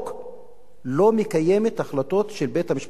לא מקיימת החלטות של בית-המשפט הגבוה לצדק?